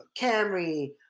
Camry